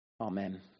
Amen